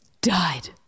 died